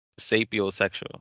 sapiosexual